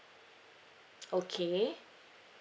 okay